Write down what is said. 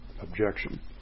objection